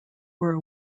were